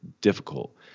difficult